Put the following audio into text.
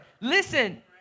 Listen